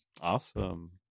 Awesome